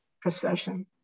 procession